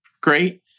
Great